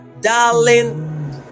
Darling